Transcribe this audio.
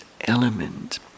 element